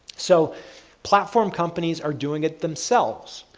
so platform companies are doing it themselves.